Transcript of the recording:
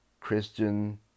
Christian